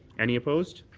any opposed?